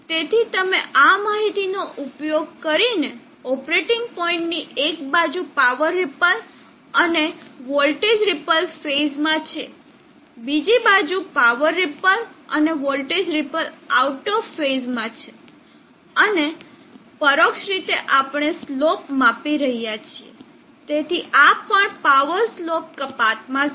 તેથી અમે આ માહિતીનો ઉપયોગ કરીશું ઓપરેટિંગ પોઇન્ટની એક બાજુ પાવર રીપલ અને વોલ્ટેજ રીપલ ફેઝ માં છે બીજી બાજુ પાવર રીપલ અને voltage ripple out of phase માં છે અને પરોક્ષ રીતે આપણે સ્લોપને માપી રહ્યા છીએ તેથી આ પણ પાવર સ્લોપ કપાત છે